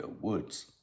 Woods